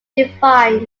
defined